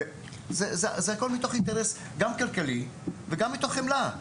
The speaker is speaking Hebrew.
זה הכול מתוך אינטרס גם כלכלי וגם מתוך חמלה.